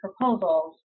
proposals